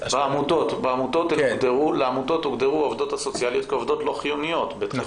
לעמותות הוגדרו העובדות הסוציאליות כעובדות לא חיוניות בתחילת הסגר.